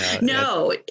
No